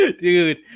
Dude